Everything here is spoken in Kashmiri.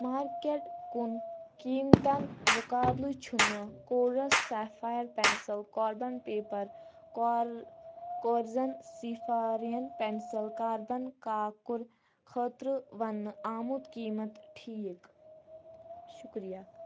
مارکیٚٹ کُن قۭمتن مُقابلہٕ چھُہٕ کورس سیفیر پیٚنسٕل کاربن پیپر کارزن سفارٮ۪ن پیٚنسٕل کاربن کاکُد خٲطرٕ وننہٕ آمُت قۭمَت ٹھیٖک شکریہ